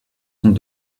sont